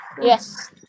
Yes